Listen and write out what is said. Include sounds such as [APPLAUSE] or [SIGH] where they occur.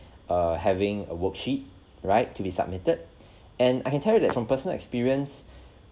uh having a worksheet right to be submitted [BREATH] and I can tell you that from personal experience [BREATH]